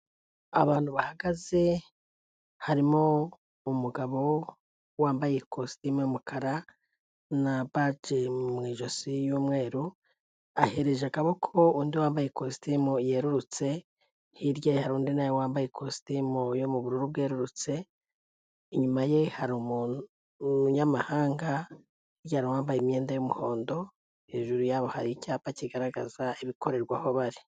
Abantu bahagaze harimo umugabo wambaye ikositimu y' yumukara na bage mu ijosi y'umweru, ahereje akaboko undi wambaye ikositimu yerurutse, hirya ya hari undi na wambaye ikositimu yubururu bwerurutse, inyuma ye hari umuntu wumuyamahanga wambaye imyenda y'umuhondo hejuru yabo hari icyapa kigaragaza ibikorerwa aho bari.